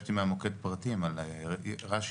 ביקשתי מהמוקד פרטים על רש"י,